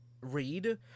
read